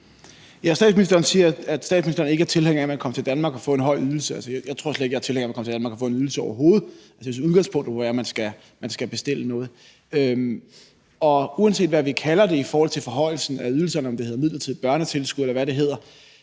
Statsministeren siger, at statsministeren ikke er tilhænger af, at man kan komme til Danmark og få en høj ydelse. Altså, jeg tror slet ikke, jeg er tilhænger af, at man kan komme til Danmark og få en ydelse overhovedet. Jeg synes, at udgangspunktet må være, at man skal bestille noget. Uanset hvad vi kalder forhøjelsen af ydelserne – om det hedder midlertidigt børnetilskud, eller hvad det hedder